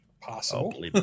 possible